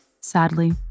Sadly